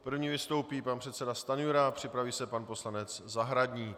První vystoupí pan předseda Stanjura, připraví se pan poslanec Zahradník.